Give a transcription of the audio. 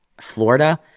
Florida